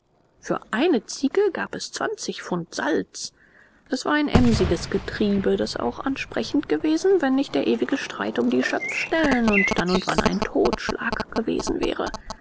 für eine ziege gab es zwanzig pfund salz es war ein emsiges getriebe das auch ansprechend gewesen wenn nicht der ewige streit um die schöpfstellen und dann und wann ein totschlag gewesen wäre